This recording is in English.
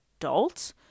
adult